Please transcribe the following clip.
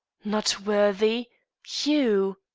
not worthy you!